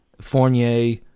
Fournier